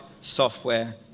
software